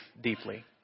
deeply